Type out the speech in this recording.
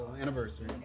Anniversary